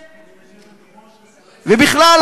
ובכלל,